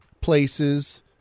places